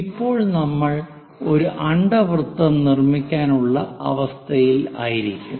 ഇപ്പോൾ നമ്മൾ ഒരു അണ്ഡവൃത്തം നിർമിക്കാൻ ഉള്ള അവസ്ഥയിലായിരിക്കും